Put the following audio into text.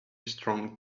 strong